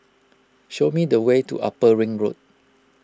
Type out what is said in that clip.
show me the way to Upper Ring Road